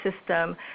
system